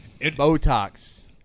Botox